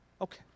Okay